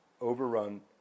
overrun